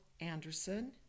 Anderson